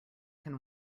can